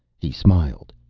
he smiled.